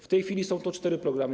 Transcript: W tej chwili są to cztery programy.